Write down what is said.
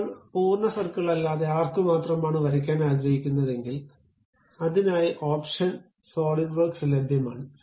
ഇപ്പോൾ പൂർണസർക്കിൾ അല്ലാതെ ആർക്കു മാത്രമായാണ് വരയ്ക്കാൻ ആഗ്രഹിക്കുന്നതെങ്കിൽ അതിനായി ഓപ്ഷൻ സോളിഡ്വർക്സ് ലഭ്യമാണ്